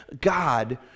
God